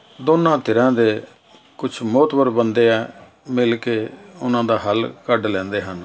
ਦੋਨਾਂ ਧਿਰਾਂ ਦੇ ਕੁਝ ਮੋਹਤਵਰ ਬੰਦੇ ਆ ਮਿਲ ਕੇ ਉਹਨਾਂ ਦਾ ਹੱਲ ਕੱਢ ਲੈਂਦੇ ਹਨ